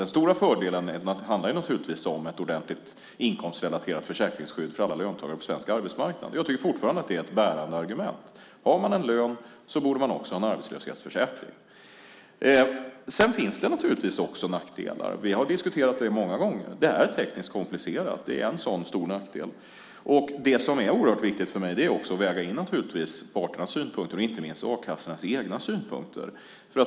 Den stora fördelen handlar naturligtvis om ett ordentligt inkomstrelaterat försäkringsskydd för alla löntagare på svensk arbetsmarknad. Fortfarande tycker jag att det är ett bärande argument. Har man en lön borde man också ha en arbetslöshetsförsäkring. Sedan finns det, som sagt, också nackdelar. Vi har diskuterat dem många gånger. Att det är tekniskt komplicerat är en stor nackdel. Givetvis är det också oerhört viktigt för mig att väga in parternas synpunkter, inte minst a-kassornas egna synpunkter.